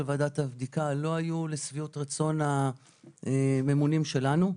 ועדת הבדיקה לא היו לשביעות רצון הממונים שלנו.